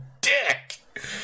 dick